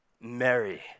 Mary